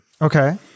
okay